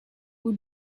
who